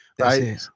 right